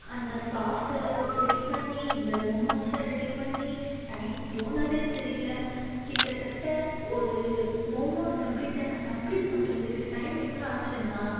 அந்த சாஸ ரெடி பண்ணி இந்த மோமோஸ ரெடி பண்ணி டைம் போனது தெரிலை கிட்டத்தட்ட ஒரு மோமோஸ் கம்ப்ளிட்டாக நான் கம்ப்ளிட் பண்ணுறத்துக்கு டைம் எவ்வளோ ஆச்சுன்னா